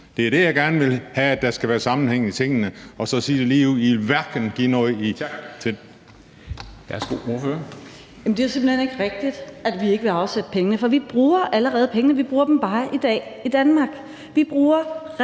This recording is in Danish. Det er der, jeg gerne vil have at der skal være sammenhæng i tingene. Så sig det ligeud: I vil hverken give noget til